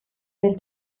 del